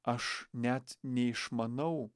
aš net neišmanau